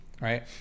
right